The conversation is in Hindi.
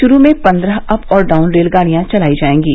शुरू में पन्द्रह अप और डाउन रेलगाड़ियां चलाई जाएंगी